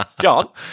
John